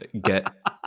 Get